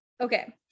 Okay